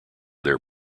their